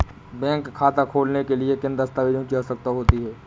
Bank खाता खोलने के लिए किन दस्तावेजों की आवश्यकता होती है?